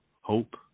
hope